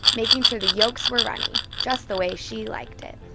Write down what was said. making sure the yolks were runny, just the way she liked it.